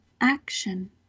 action